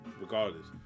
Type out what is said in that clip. regardless